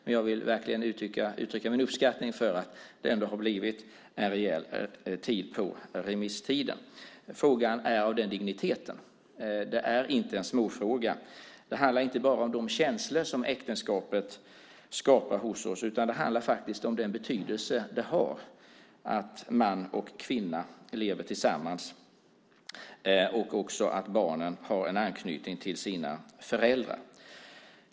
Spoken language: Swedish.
Men jag vill verkligen uttrycka min uppskattning för att det ändå har blivit en rejäl remisstid. Frågan är av den digniteten. Det är inte en småfråga. Det handlar inte bara om de känslor som äktenskapet skapar hos oss utan faktiskt om den betydelse det har att man och kvinna lever tillsammans och att barnen har en anknytning till sina föräldrar.